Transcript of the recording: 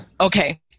Okay